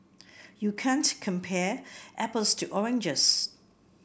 you can't compare apples to oranges